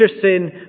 sin